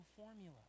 formula